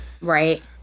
right